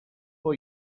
for